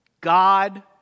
God